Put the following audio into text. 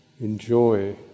enjoy